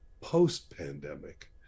post-pandemic